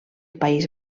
país